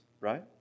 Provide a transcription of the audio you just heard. right